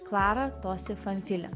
klara tosifanfili